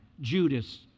judas